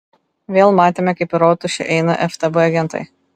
vėl matėme kaip į rotušę eina ftb agentai